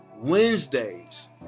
Wednesdays